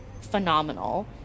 phenomenal